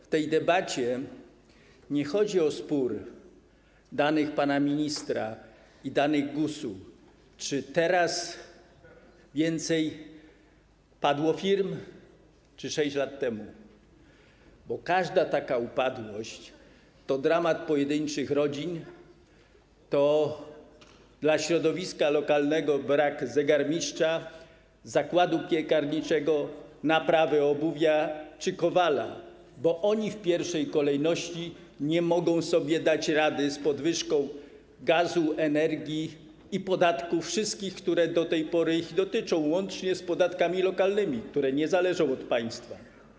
W tej debacie nie chodzi o spór co do danych pana ministra i danych GUS-u, co do tego, czy teraz więcej padło firm, czy 6 lat temu, bo każda taka upadłość to dramat pojedynczych rodzin, to dla środowiska lokalnego brak zegarmistrza, zakładu piekarniczego, naprawy obuwia czy kowala, bo oni w pierwszej kolejności nie mogą sobie dać rady z podwyżką cen gazu, energii i wszystkich podatków, które do tej pory ich dotyczą, łącznie z podatkami lokalnymi, które nie zależą od państwa.